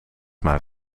maar